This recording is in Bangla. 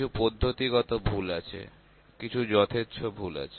কিছু পদ্ধতিগত ভুল আছে কিছু যথেচ্ছ ভুল আছে